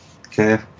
okay